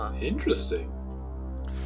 Interesting